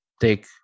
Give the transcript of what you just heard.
take